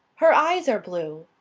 her eyes are blue.